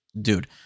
dude